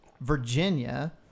Virginia